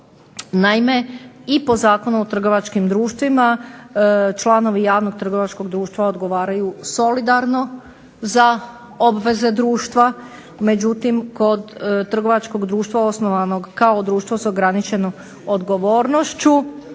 naime, i po Zakonu o trgovačkim društvima članovi javnog trgovačkog društva odgovaraju solidarno za obveze društva, međutim, kod trgovačkog društva osnovanog kao društvo s ograničenom odgovornošću